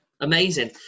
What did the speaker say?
Amazing